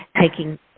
taking